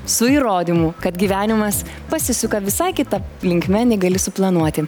su įrodymu kad gyvenimas pasisuka visai kita linkme nei gali suplanuoti